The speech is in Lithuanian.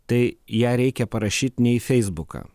tai ją reikia parašyt ne į feisbuką